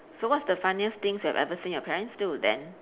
so what's the funniest things that you've ever seen your parents do then